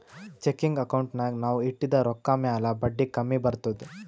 checking ಅಕೌಂಟ್ನಾಗ್ ನಾವ್ ಇಟ್ಟಿದ ರೊಕ್ಕಾ ಮ್ಯಾಲ ಬಡ್ಡಿ ಕಮ್ಮಿ ಬರ್ತುದ್